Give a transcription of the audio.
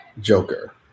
Joker